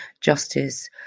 justice